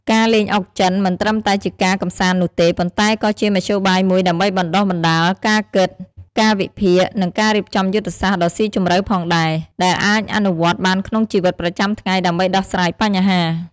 ការលេងអុកចិនមិនត្រឹមតែជាការកម្សាន្តនោះទេ ប៉ុន្តែក៏ជាមធ្យោបាយមួយដើម្បីបណ្ដុះបណ្ដាលការគិត ការវិភាគ និងការរៀបចំយុទ្ធសាស្ត្រដ៏ស៊ីជម្រៅផងដែរ ដែលអាចអនុវត្តបានក្នុងជីវិតប្រចាំថ្ងៃដើម្បីដោះស្រាយបញ្ហា។